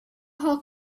har